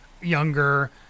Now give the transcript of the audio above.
younger